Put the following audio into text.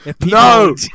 No